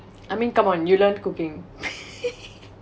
I mean come on you learned cooking